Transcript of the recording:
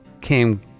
came